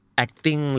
acting